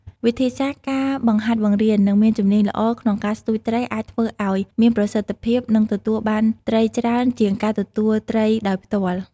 វិធីសាស្រ្ត ការបង្ហាត់បង្រៀន និងមានជំនាញល្អក្នុងការស្ទូចត្រីអាចធ្វើឲ្យមានប្រសិទ្ធភាព និងទទួលបានត្រីច្រើនជាងការទទួលត្រីដោយផ្ទាល់។